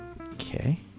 okay